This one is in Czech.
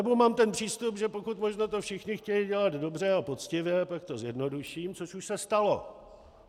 Nebo mám ten přístup, že pokud možno to všichni chtějí dělat dobře a poctivě, tak to zjednoduším, což už se stalo.